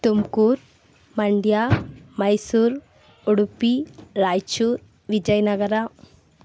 Tumkur Mandya Mysuru Udupi Raichur Vijayanagara